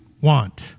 want